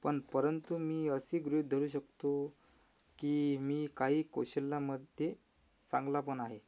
पण परंतु मी असे गृहीत धरू शकतो की मी काही कौशल्यामध्ये चांगला पण आहे